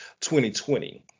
2020